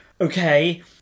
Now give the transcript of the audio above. okay